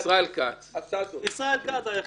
ישראל כ"ץ הוא היחיד.